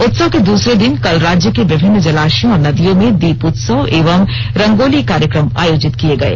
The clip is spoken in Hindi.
उत्सव के दसरे दिन कल राज्य के विभिन्न जलाशयों और नदियों में दीप उत्सव एवं रंगोली कार्यक्रम आयोजित किये गये